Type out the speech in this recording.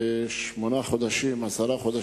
חברי חברי הכנסת,